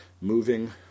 Moving